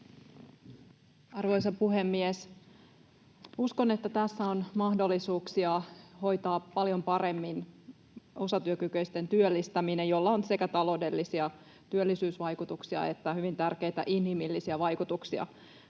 Arvoisa puhemies! Uskon, että tässä on mahdollisuuksia hoitaa paljon paremmin osatyökykyisten työllistäminen, jolla on sekä taloudellisia työllisyysvaikutuksia että hyvin tärkeitä inhimillisiä vaikutuksia.